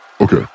Okay